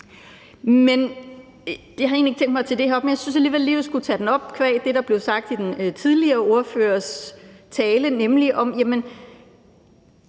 men jeg syntes alligevel lige, vi skulle tage den op qua det, der blev sagt i den tidligere ordførers tale, nemlig det, som